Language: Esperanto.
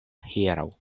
hieraŭ